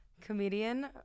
comedian